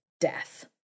death